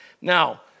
Now